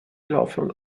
gelaufen